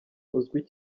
uzwi